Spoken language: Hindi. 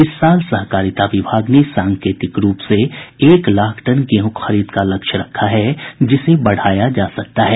इस साल सहकारिता विभाग ने सांकेतिक रूप से एक लाख टन गेहूँ खरीद का लक्ष्य रखा है जिसे बढ़ाया जा सकता है